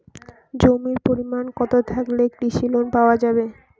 জমির পরিমাণ কতো থাকলে কৃষি লোন পাওয়া যাবে?